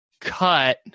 cut